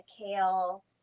Kale